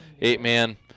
eight-man